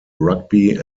rugby